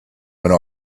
went